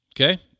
okay